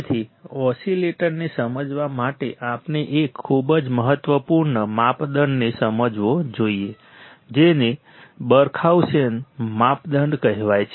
તેથી ઓસીલેટરને સમજવા માટે આપણે એક ખૂબ જ મહત્વપૂર્ણ માપદંડને સમજવો જોઈએ જેને બરખાઉસેન માપદંડ કહેવાય છે